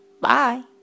Bye